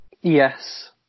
Yes